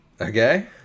okay